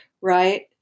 right